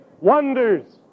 wonders